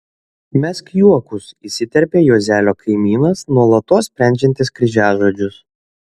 mesk juokus įsiterpia juozelio kaimynas nuolatos sprendžiantis kryžiažodžius